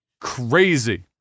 crazy